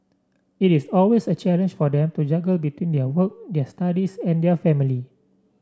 it is always a challenge for them to juggle between their work their studies and their family